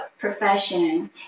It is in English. profession